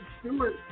Stewart